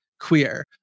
queer